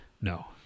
No